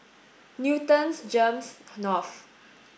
Newton's GEMS North